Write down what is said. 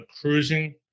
cruising